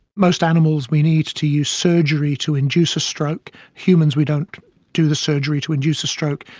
most animals, we need to use surgery to induce a stroke. humans we don't do the surgery to induce a stroke,